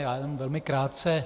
Já jenom velmi krátce.